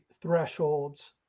thresholds